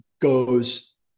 goes